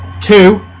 Two